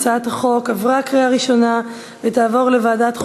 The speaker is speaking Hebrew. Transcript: הצעת החוק עברה בקריאה ראשונה ותעבור לוועדת החוקה,